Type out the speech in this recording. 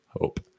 hope